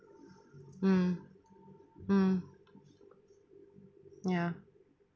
mm mm ya